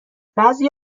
بعضی